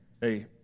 hey